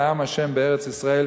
לעם ה' בארץ-ישראל,